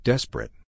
Desperate